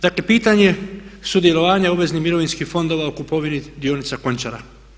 Dakle pitanje sudjelovanja obveznih mirovinskih fondova u kupovini dionica Končara.